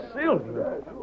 Silver